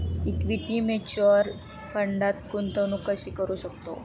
Equity mutual फंडात गुंतवणूक कशी करू शकतो?